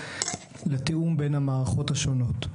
לתיאום בין המערכות השונות.